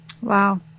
wow